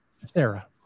Sarah